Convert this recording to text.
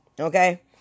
okay